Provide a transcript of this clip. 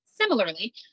similarly